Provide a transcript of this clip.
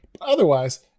otherwise